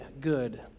good